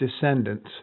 descendants